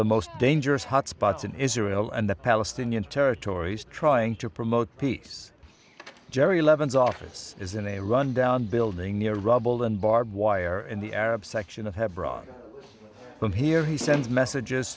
the most dangerous hotspots in israel and the palestinian territories trying to promote peace jerry levin's office is in a rundown building near rubble and barbed wire in the arab section of hebron from here he sends messages